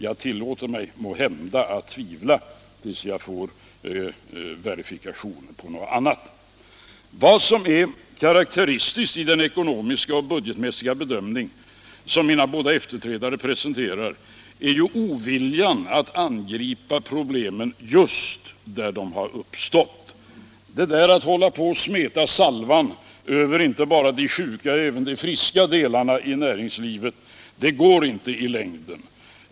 Jag tillåter mig måhända att tvivla tills jag får verifikationer på något annat. Allmänpolitisk debatt Allmänpolitisk debatt Vad som är karakteristiskt i den ekonomiska och budgetmässiga bedömning som mina båda efterträdare presenterar är oviljan att angripa problemen just där de har uppstått. Att hålla på att smeta salvan över inte bara de sjuka utan även de friska delarna i näringslivet går inte i längden.